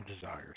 desires